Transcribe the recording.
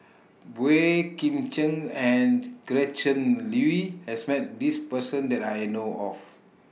Boey Kim Cheng and Gretchen Liu has Met This Person that I know of